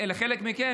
לחלק מכם,